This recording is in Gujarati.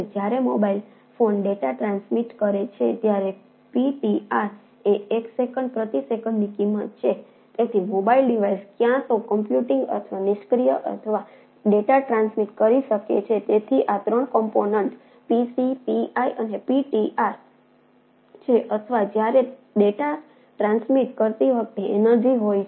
જ્યારે મોબાઇલ ફોન ડેટા ટ્રાન્સમિટ છે અથવા જ્યારે ડેટા ટ્રાન્સમિટ કરતી વખતે એનર્જિ હોય છે